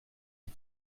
sie